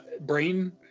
brain